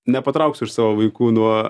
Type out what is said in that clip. nepatraukiu aš savo vaikų nuo